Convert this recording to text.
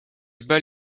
bat